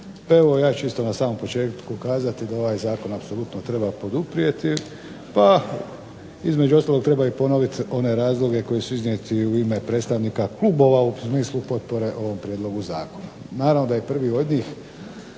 evo ja ću isto na samom početku kazati da ovaj zakon apsolutno treba poduprijeti, pa između ostalog treba i ponoviti one razloge koji su iznijeti u ime predstavnika klubova u smislu potpore ovom prijedlogu zakona. Naravno da je prvi od njih